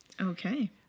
okay